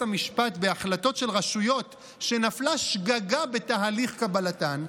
המשפט בהחלטות של רשויות שנפלה שגגה בתהליך קבלתן,